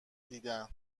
دیدن